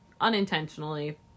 unintentionally